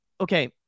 okay